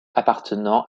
appartenant